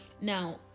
Now